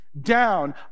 down